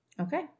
Okay